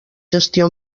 gestió